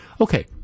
Okay